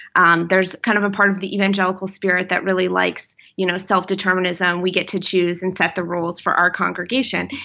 um there's kind of a part of the evangelical spirit that really likes, you know, self-determinism. we get to choose and set the rules for our congregation.